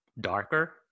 darker